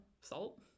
Salt